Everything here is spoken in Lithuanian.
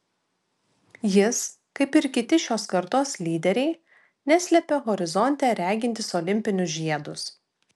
jis kaip ir kiti šios kartos lyderiai neslepia horizonte regintys olimpinius žiedus